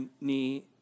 knee